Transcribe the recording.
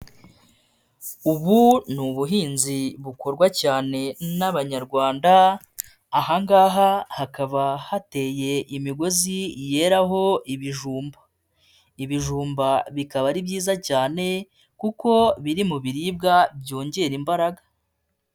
Ubu ni ubuhinzi bukorwa cyane n'abanyarwanda aha ngaha hakaba hateye imigozi yeraraho ibijumba, ibijumba bikaba ari byiza cyane kuko biri mu biribwa byongera imbaraga.